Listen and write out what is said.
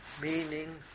meaning